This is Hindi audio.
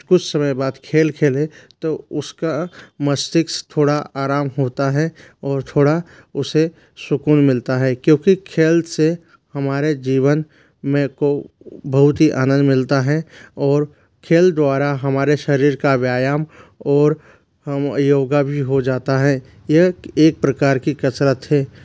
कुछ समय बाद खेल खेले तो उसका मस्तिष्क थोड़ा आराम होता है और थोड़ा उसे सूकून मिलता है क्योंकि खेल से हमारे जीवन में को बहुत ही आनंद मिलता है और खेल द्वारा हमारे शरीर का व्यायाम और हम योगा भी हो जाता है यह एक प्रकार की कसरत है